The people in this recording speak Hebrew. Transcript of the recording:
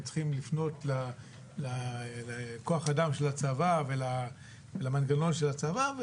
צריכים לפנות לכוח אדם של הצבא ולמנגנון שלהצבא.